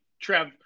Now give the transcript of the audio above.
Trev